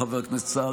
חבר הכנסת סער,